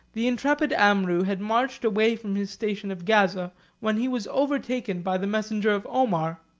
the intrepid amrou had marched away from his station of gaza when he was overtaken by the messenger of omar.